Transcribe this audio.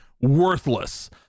worthless